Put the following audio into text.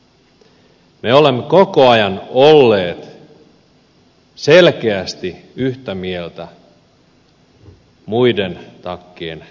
me olemme koko ajan olleet selkeästi yhtä mieltä muiden takkien kääntyessä